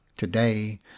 TODAY